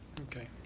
Okay